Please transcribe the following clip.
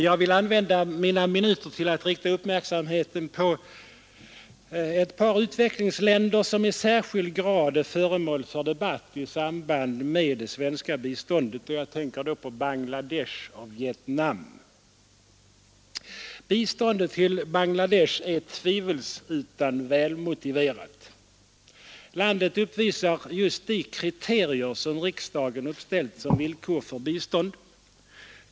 Jag vill använda mina minuter till att rikta uppmärksamheten på ett par utvecklingsländer som i särskilt hög grad är föremål för debatt i samband med det svenska biståndet, och jag tänker då på Bangladesh och Vietnam. Biståndet till Bangladesh är tvivelsutan välmotiverat. Landet uppvisar just de kriterier som riksdagen uppställt som villkor för bistånd.